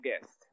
guest